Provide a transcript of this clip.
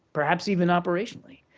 perhaps even operationally,